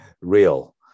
real